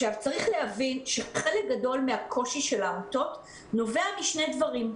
צריך להבין שחלק גדול מהקושי של העמותות נובע משני דברים: